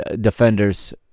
defenders